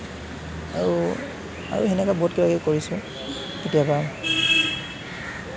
আৰু আৰু সেনেকে বহুত কিবা কিবি কৰিছোঁ কেতিয়াবা